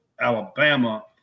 Alabama